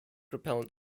repellent